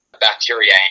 bacteria